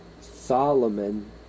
Solomon